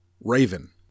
Raven